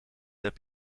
heb